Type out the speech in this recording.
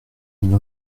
une